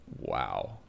Wow